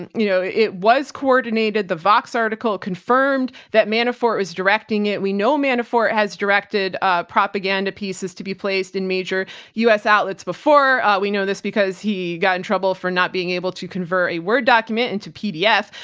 and you know, it was coordinated. the vox article confirmed that manafort was directing it. we know manafort has directed ah propaganda pieces to be placed in major u. s. outlets before. we know this because he got in trouble for not being able to convert a word document into a pdf.